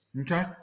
Okay